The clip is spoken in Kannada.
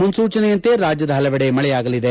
ಮುಸ್ಕೂಚನೆಯಂತೆ ರಾಜ್ಯದ ಹಲವೆಡೆ ಮಳೆಯಾಗಲಿದೆ